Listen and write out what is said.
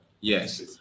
yes